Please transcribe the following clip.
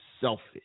selfish